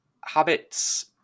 habits